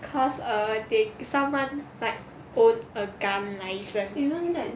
cause err they someone like hold a gun licence